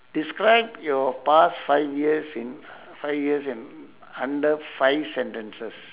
describe your past five years in five years in under five sentences